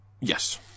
Yes